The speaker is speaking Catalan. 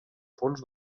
fons